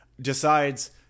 decides